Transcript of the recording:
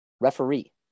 referee